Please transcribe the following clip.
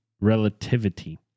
relativity